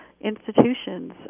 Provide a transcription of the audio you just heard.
institutions